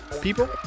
People